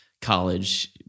college –